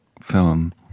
Film